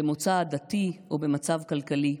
במוצא עדתי או במצב כלכלי.